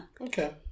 okay